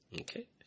Okay